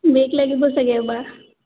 brake লাগিব চাগৈ এইবাৰ